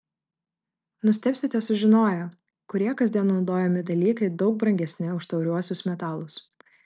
nustebsite sužinoję kurie kasdien naudojami dalykai daug brangesni už tauriuosius metalus